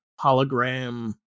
hologram